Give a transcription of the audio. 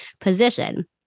position